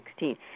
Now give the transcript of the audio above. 2016